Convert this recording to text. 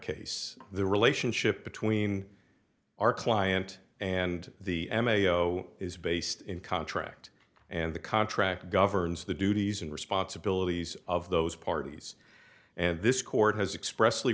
case the relationship between our client and the m a o is based in contract and the contract governs the duties and responsibilities of those parties and this court has express